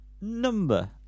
number